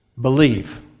believe